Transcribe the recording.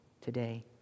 today